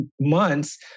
months